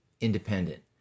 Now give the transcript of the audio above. independent